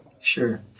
Sure